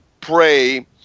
pray